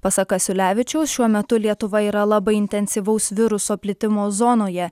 pasak kasiulevičiaus šiuo metu lietuva yra labai intensyvaus viruso plitimo zonoje